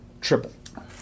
Triple